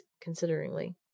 consideringly